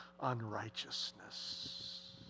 unrighteousness